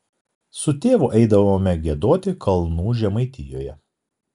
su tėvu eidavome giedoti kalnų žemaitijoje